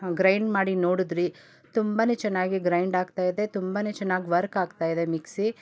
grind ಮಾಡಿ ನೋಡಿದ್ರಿ ತುಂಬ ಚೆನ್ನಾಗಿ ಗ್ರೈಂಡ್ ಆಗ್ತಾಯಿದೆ ತುಂಬ ಚೆನ್ನಾಗ್ ವರ್ಕ್ ಆಗ್ತಾಯಿದೆ ಮಿಕ್ಸಿ